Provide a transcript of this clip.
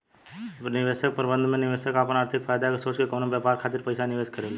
निवेश प्रबंधन में निवेशक आपन आर्थिक फायदा के सोच के कवनो व्यापार खातिर पइसा निवेश करेला